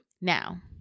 Now